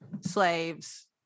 slaves